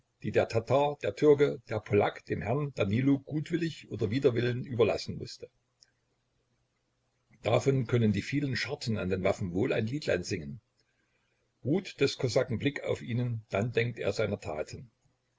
der tatar der türke der polack dem herrn danilo gutwillig oder wider willen überlassen mußte davon können die vielen scharten an den waffen wohl ein liedlein singen ruht des kosaken blick auf ihnen dann denkt er seiner taten